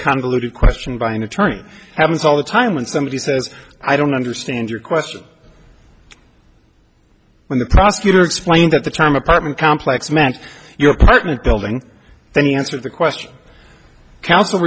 convoluted question by an attorney happens all the time when somebody says i don't understand your question when the prosecutor explained that the term apartment complex meant your apartment building then he answered the question counsel